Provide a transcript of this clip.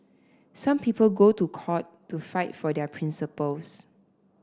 some people go to court to fight for their principles